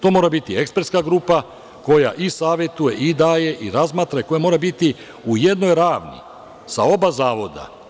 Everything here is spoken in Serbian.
To mora biti ekspertska grupa koja i savetuje, i daje i razmatra, i mora biti u jednoj ravni sa oba zavoda.